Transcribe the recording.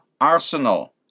arsenal